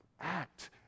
act